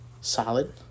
Solid